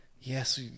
yes